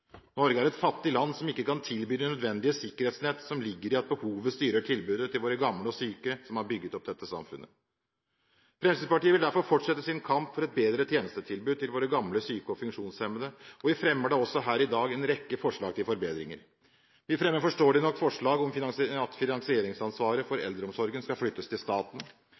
Norge er et fattig land som ikke kan tilby det nødvendige sikkerhetsnett som ligger i at behovet styrer tilbudet til våre gamle og syke som har bygget opp dette samfunnet. Fremskrittspartiet vil derfor fortsette sin kamp for et bedre tjenestetilbud til våre gamle, syke og funksjonshemmede, og vi fremmer da også her i dag en rekke forslag til forbedringer. Vi fremmer forståelig nok forslag om at finansieringsansvaret for eldreomsorgen skal flyttes til staten.